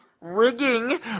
Rigging